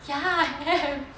ya have